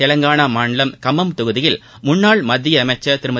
தெலங்கானா மாநிலம் கம்மம் தொகுதியில் முன்னாள் மத்திய அமைச்சர் திருமதி